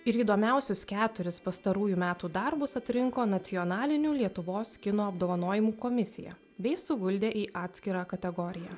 ir įdomiausius keturis pastarųjų metų darbus atrinko nacionalinių lietuvos kino apdovanojimų komisija bei suguldė į atskirą kategoriją